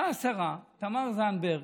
באה שרה, תמר זנדברג,